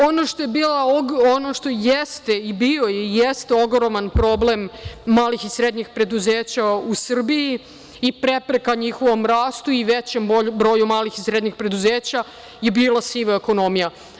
Ono što jeste i bio je ogroman problem malih i srednjih preduzeća u Srbiji i prepreka njihovom rastu i većem broju malih i srednjih preduzeća je bila siva ekonomija.